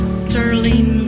sterling